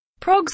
Progs